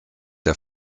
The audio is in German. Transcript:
der